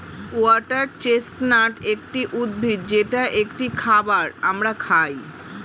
water chestnut একটি উদ্ভিদ যেটা একটি খাবার আমরা খাই